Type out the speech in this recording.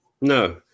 No